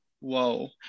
whoa